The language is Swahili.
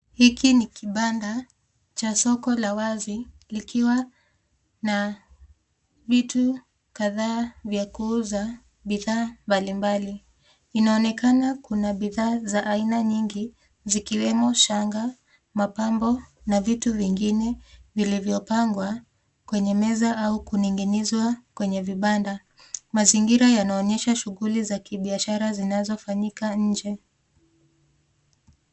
Hiki ni kibanda cha soko la wazi, likiwa na vitu kadhaa vya kuuza bidhaa mbalimbali. Inaonekana kuna bidhaa za aina nyingi zikiwemo shanga, mapambo na vitu vingine vilivyopangwa kwenye meza au kuning'inizwa kwenye vibanda. Mazingira yanaonyesha shughuli za kibiashara zinazofanyika nje.